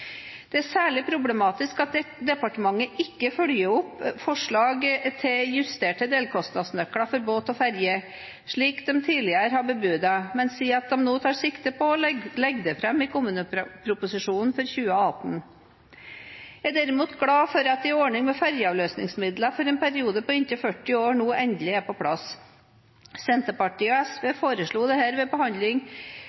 Det er særlig problematisk at departementet ikke følger opp forslag til justerte delkostnadsnøkler til båt og ferje, slik de tidligere har bebudet, men sier at de nå tar sikte på å legge det fram i kommuneproposisjonen for 2018. Jeg er derimot glad for at en ordning med ferjeavløsningsmidler for en periode på inntil 40 år endelig er på plass. Senterpartiet og SV